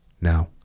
Now